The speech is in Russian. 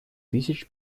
тысяч